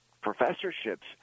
professorships